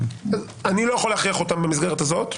אני לא יכול להכריח אותם במסגרת הזאת,